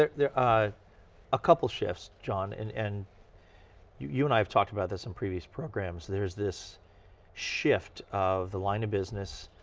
there's ah a couple shifts, john. and and you you and i have talked about this in previous programs there's this shift of the line of business,